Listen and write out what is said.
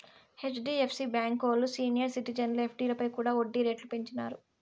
HDFC బాంకీ ఓల్లు senior సిటిజన్ల ఎఫ్డీలపై కూడా ఒడ్డీ రేట్లు పెంచినారు